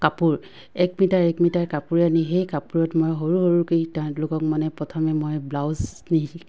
কাপোৰ এক মিটাৰ এক মিটাৰ কাপোৰ আনি সেই কাপোৰত মই সৰু সৰুকেই তেওঁলোকক মানে প্ৰথমে মই ব্লাউজ